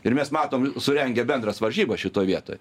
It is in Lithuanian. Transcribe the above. ir mes matom surengę bendras varžybas šitoje vietoj